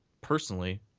personally